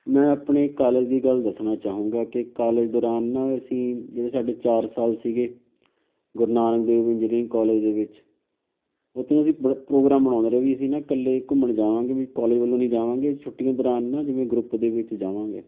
ਮੈਂ ਆਪਣੇ ਕਾਲਜ ਦੀ ਗੱਲ ਦੱਸਣਾ ਚਾਹੂੰਗਾ ਕਿ ਕਾਲਜ ਦੌਰਾਨ ਨਾ ਅਸੀਂ ਜਿਹੜੇ ਸਾਡੇ ਚਾਰ ਸਾਲ ਸੀਗੇ ਗੁਰੂ ਨਾਨਕ ਦੇਵ ਇੰਜੀਨੀਅਰਿੰਗ ਕੋਲੇਜ ਦੇ ਵਿੱਚ ਉੱਥੇ ਨਾ ਅਸੀਂ ਬਣ ਪ੍ਰੋਗਰਾਮ ਬਣਾਉਂਦੇ ਰਹੇ ਵੀ ਅਸੀਂ ਨਾ ਇਕੱਲੇ ਘੁੰਮਣ ਜਾਵਾਂਗੇ ਵੀ ਕੋਲੇਜ ਵੱਲੋਂ ਨਹੀਂ ਜਾਵਾਂਗੇ ਛੁੱਟੀਆਂ ਦੌਰਾਨ ਨਾ ਜਿਵੇਂ ਗਰੁੱਪ ਦੇ ਵਿੱਚ ਜਾਵਾਂਗੇ